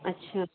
अच्छा